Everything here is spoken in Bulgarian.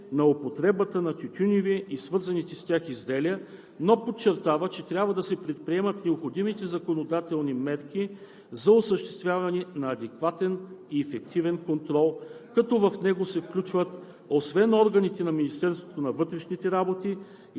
на употребата на тютюневи и свързаните с тях изделия, но подчертава, че трябва да се предприемат необходимите законодателни мерки за осъществяването на адекватен и ефективен контрол, като в него се включат освен органите на Министерството на вътрешните работи